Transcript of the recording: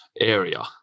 Area